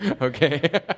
okay